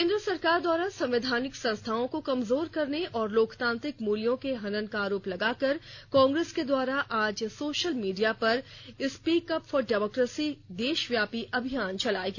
केंद्र सरकार द्वारा संवैधानिक संस्थाओं को कमजोर करने और लोकतांत्रिक मूल्यों के हनन का आरोप लगाकर कांग्रेस के द्वारा आज सोशल मीडिया पर स्पीक अप फॉर डेमोक्रेसी देशव्यापी अभियान चलाया गया